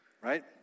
right